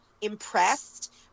impressed